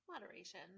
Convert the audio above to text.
moderation